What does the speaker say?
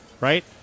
right